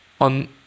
on